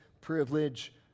privilege